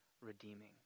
redeeming